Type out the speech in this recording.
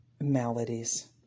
maladies